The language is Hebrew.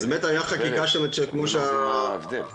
זו אותה סיטואציה כמו משאבות,